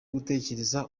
gutekereza